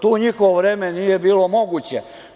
To u njihovo vreme nije bilo moguće.